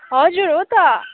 हजुर हो त